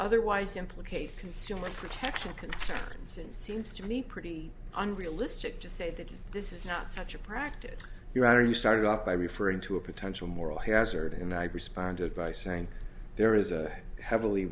otherwise implicate consumer protection concerns and seems to me pretty unrealistic to say that this is not such a practice you are you started off by referring to a potential moral hazard and i responded by saying there is a heavily